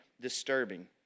disturbing